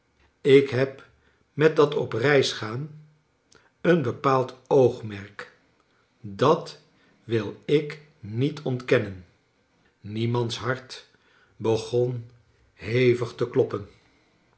ik heb met dat op reis gaan een bepaald oogmerk dat wil ik niet ontkennen niemand's hart beg on hevig te kloppen